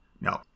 no